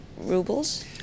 rubles